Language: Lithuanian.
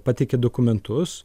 pateikė dokumentus